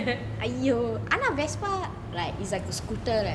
ஐயோ ஆனா:aiyo aana vespa like is like a scooter right